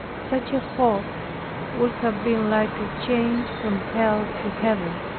such a hope would have been like a change from hell to heaven.